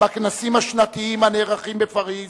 בכנסים השנתיים הנערכים בפריס,